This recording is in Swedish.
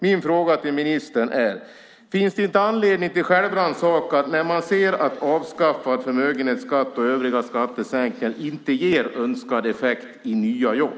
Min fråga till ministern är: Finns det inte anledning till självrannsakan när man ser att avskaffad förmögenhetsskatt och övriga skattesänkningar inte ger önskad effekt i nya jobb?